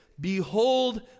behold